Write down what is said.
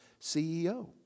CEO